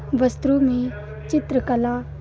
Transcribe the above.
वस्त्रों में चित्रकला